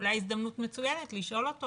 אולי הזדמנות מצוינת לשאול אותו